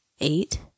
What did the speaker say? eight